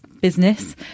business